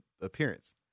appearance